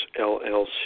LLC